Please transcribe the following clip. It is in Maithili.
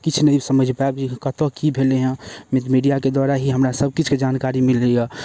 किछु नहि समझि पायब जे कतऽ की भेलैहँ मीडियाके द्वारा ही हमरा सबकिछुके जानकारी मिलैय